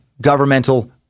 governmental